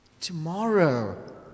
Tomorrow